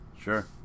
Sure